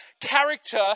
character